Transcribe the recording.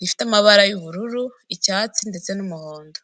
rifite amabara y'ubururu, icyatsi ndetse n'umuhondo.